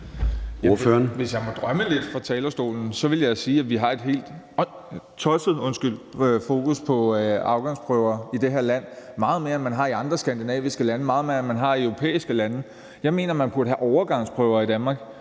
Hvis jeg må drømme lidt på talerstolen, ville jeg sige, at vi har et helt tosset fokus på afgangsprøver i det her land, meget mere end man har i andre skandinaviske lande, meget mere end man har i europæiske lande. Jeg mener, at man burde have overgangsprøver i Danmark.